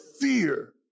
fear